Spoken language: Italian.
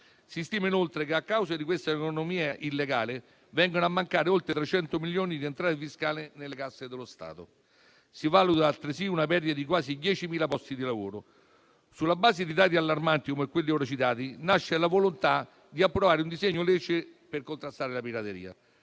Si stima inoltre che, a causa di questa economia illegale, vengono a mancare oltre 300 milioni di entrate fiscali nelle casse dello Stato. Si valuta altresì una perdita di quasi 10.000 posti di lavoro. Sulla base di dati allarmanti come quelli ora citati, nasce la volontà di approvare un disegno di legge per contrastare la pirateria.